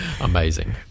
amazing